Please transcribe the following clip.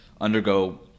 undergo